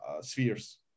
spheres